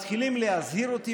מתחילים להזהיר אותי